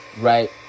Right